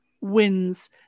wins